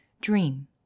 Dream